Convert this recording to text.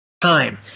time